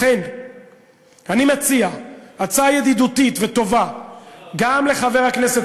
לכן אני מציע הצעה ידידותית וטובה גם לחבר הכנסת